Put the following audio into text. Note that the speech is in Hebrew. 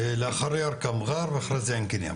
לאחריה מע'אר ואחריה עין קנייא.